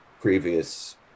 previous